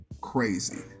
crazy